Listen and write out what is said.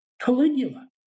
Caligula